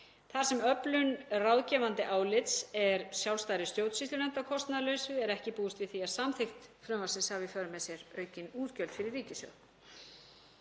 Þar sem öflun ráðgefandi álits er sjálfstæðri stjórnsýslunefnd að kostnaðarlausu er ekki búist við því að samþykkt frumvarpsins hafi í för með sér aukin útgjöld fyrir ríkissjóð.